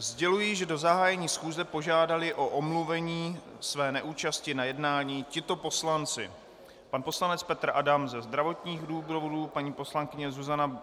Sděluji, že do zahájení schůze požádali o omluvení své neúčasti na jednání tito poslanci: pan poslanec Petr Adam ze zdravotních důvodů, paní poslankyně Zuzka